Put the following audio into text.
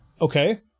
Okay